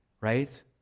right